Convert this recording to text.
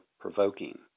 provoking